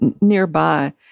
nearby